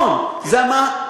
ילדים,